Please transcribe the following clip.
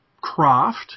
craft